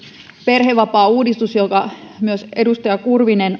perhevapaauudistus jonka myös edustajat kurvinen